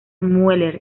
mueller